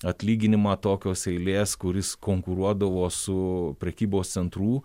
atlyginimą tokios eilės kuris konkuruodavo su prekybos centrų